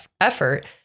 effort